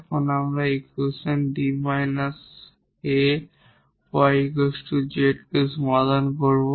এখন আমরা এই ইকুয়েশন y z কে সমাধান করব